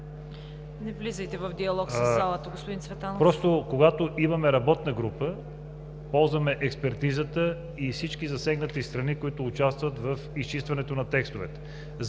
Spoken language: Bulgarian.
Не влизайте в диалог със залата, господин Цветанов. ДОКЛАДЧИК ЦВЕТАН ЦВЕТАНОВ: Когато имаме работна група, ползваме експертизата и всички засегнати страни, които участват в изчистването на текстовете.